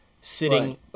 sitting